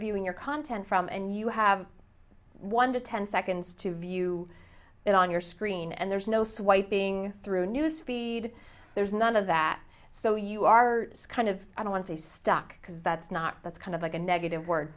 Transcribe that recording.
viewing your content from and you have one to ten seconds to view it on your screen and there's no swiping through news feed there's none of that so you are kind of i don't want to be stuck because that's not that's kind of like a negative word